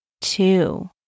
two